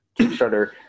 Kickstarter